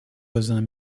voisins